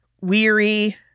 weary